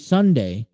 Sunday